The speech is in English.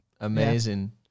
amazing